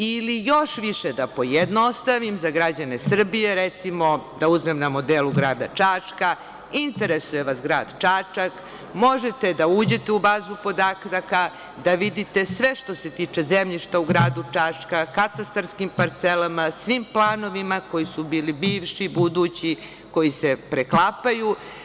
Ili još više da pojednostavim za građane Srbije, recimo da uzmem na modelu grada Čačka, interesuje vas grad Čačak, možete da uđete u bazu podataka, da vidite sve što se tiče zemljišta u gradu Čačka, katastarskim parcelama, svim planovima koji su bili bivši, budući, koji se preklapaju.